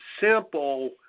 simple